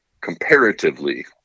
comparatively –